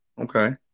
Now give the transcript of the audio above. Okay